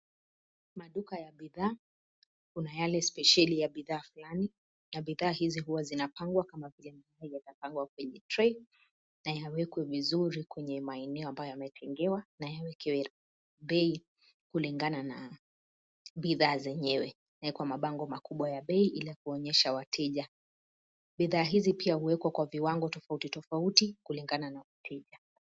Maduka ya bidhaa, kuna yale spesheli ya bidhaa fulani na bidhaa hizi huwa zinapangwa kama vile mayai yanapangwa kwenye tray na yawekwe vizuri kwenye maeneo ambayo yametengewa na yawekewe bei kulingana na bidhaa zenyewe, nayo kwa mabango makubwa ya bei ile ya kuonyesha wateja. Bidhaa hizi pia huwekwa kwa viwango tofauti tofauti kulingana na wateja.